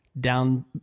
down